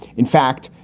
in fact,